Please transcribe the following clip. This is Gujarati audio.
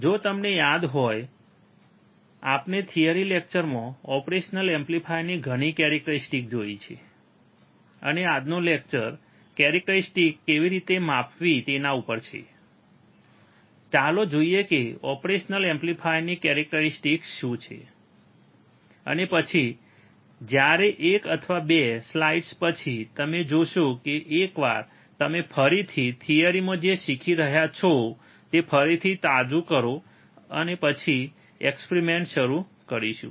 જો તમને યાદ હોય આપણે થિયરી લેક્ચરમાં ઓપરેશનલ એમ્પ્લીફાયરની ઘણી કેરેક્ટરીસ્ટિક્સ જોઇ છે અને આજનો લેક્ચર કેરેક્ટરીસ્ટિક્સ કેવી રીતે માપવી તેના ઉપર છે ચાલો જોઈએ કે ઓપરેશનલ એમ્પ્લીફાયરની કેરેટરીસ્ટીકસસ શું છે અને પછી જ્યારે 1 અથવા 2 સ્લાઇડ્સ પછી તમે જોશો કે એકવાર તમે ફરીથી થિયરિમાં જે શીખી રહ્યાં છો તે ફરીથી તાજું કરો પછી આપણે એક્સપેરિમેન્ટ શરૂ કરીશું